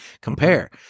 Compare